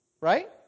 Right